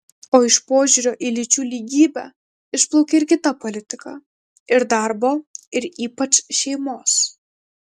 o iš požiūrio į lyčių lygybę išplaukia ir kita politika ir darbo ir ypač šeimos